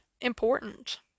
important